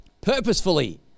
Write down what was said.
purposefully